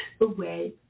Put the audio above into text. away